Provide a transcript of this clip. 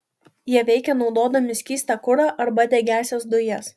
jie veikia naudodami skystą kurą arba degiąsias dujas